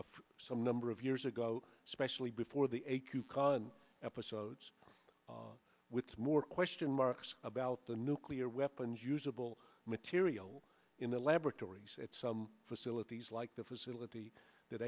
number of years ago especially before the a q khan episodes with more question marks about the nuclear weapons usable material in the laboratories at some facilities like the facility that